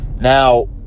Now